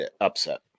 upset